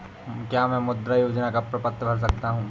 क्या मैं मुद्रा योजना का प्रपत्र भर सकता हूँ?